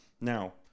Now